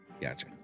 Gotcha